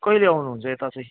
कहिले आउनुहुन्छ यता चाहिँ